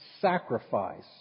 sacrifice